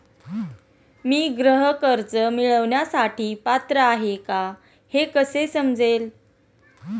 मी गृह कर्ज मिळवण्यासाठी पात्र आहे का हे कसे समजेल?